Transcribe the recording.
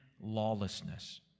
lawlessness